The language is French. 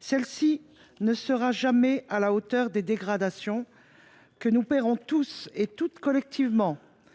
Celle ci ne sera jamais à la hauteur des dégradations que nous paierons tous et toutes collectivement,